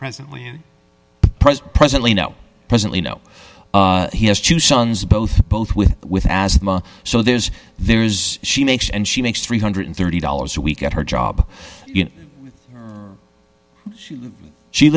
presently president presently no presently no he has two sons both both with with asthma so there is there is she makes and she makes three hundred and thirty dollars a week at her job